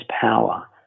power